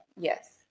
Yes